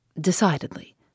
decidedly